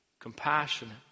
compassionate